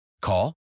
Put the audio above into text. Call